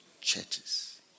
Churches